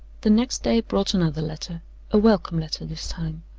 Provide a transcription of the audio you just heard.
the next day brought another letter a welcome letter this time,